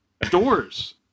Doors